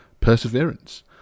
perseverance